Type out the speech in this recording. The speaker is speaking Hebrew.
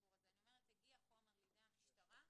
אני אומרת הגיע חומר לידי המשטרה,